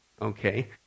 Okay